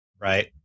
Right